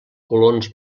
colons